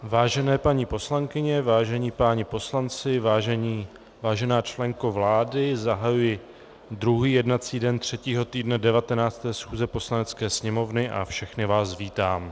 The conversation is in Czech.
Vážené paní poslankyně, vážení páni poslanci, vážená členko vlády, zahajuji druhý jednací den třetího týdne 19. schůze Poslanecké sněmovny a všechny vás vítám.